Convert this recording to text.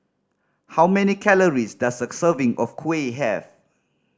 how many calories does a serving of kuih have